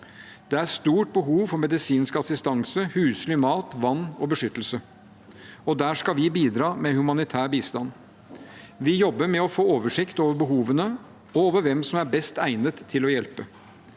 Det er stort behov for medisinsk assistanse, husly, mat, vann og beskyttelse. Og der skal vi bidra med humanitær bistand. Vi jobber med å få oversikt over behovene og over hvem som er best egnet til å hjelpe.